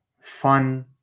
fun